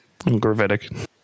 Gravitic